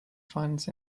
funds